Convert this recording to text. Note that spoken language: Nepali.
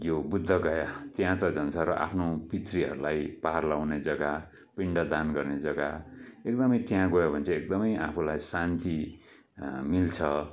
यो बुद्धगया त्यहाँ त झन साह्रो आफ्नो पितृहरूलाई पार लाउने जग्गा पिण्ड दान गर्ने जग्गा एकदमै त्यहाँ गयो भने चाहिँ एकदमै आफूलाई शान्ति मिल्छ